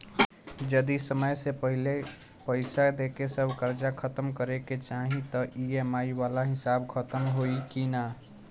जदी समय से पहिले पईसा देके सब कर्जा खतम करे के चाही त ई.एम.आई वाला हिसाब खतम होइकी ना?